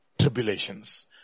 tribulations